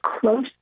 close